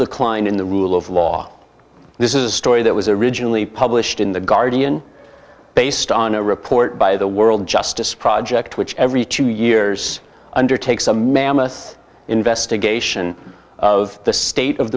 decline in the rule of law this is a story that was originally published in the guardian based on a report by the world justice project which every two years undertakes a mammoth investigation of the state of